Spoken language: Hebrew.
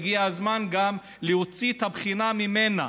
הגיע הזמן להוציא את הבחינה ממנה,